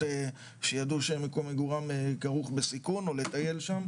שידוע שמקום מגורם כרוך בסיכון או לטייל שם,